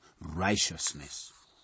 Righteousness